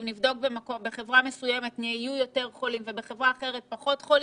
אם נבדוק בחברה מסוימת יהיו יותר חולים ובחברה אחרת פחות חולים.